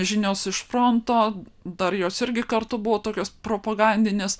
žinios iš fronto dar jos irgi kartu buvo tokios propagandinės